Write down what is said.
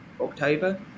October